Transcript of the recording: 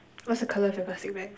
what's the color of your plastic bags